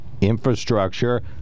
infrastructure